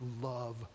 love